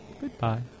Goodbye